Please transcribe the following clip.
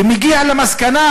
ומגיע למסקנה